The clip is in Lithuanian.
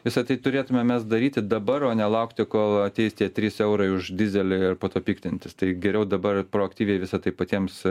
visa tai turėtume mes daryti dabar o nelaukti kol ateis tie trys eurai už dyzelį ir po to piktintis tai geriau dabar proaktyviai visa tai patiems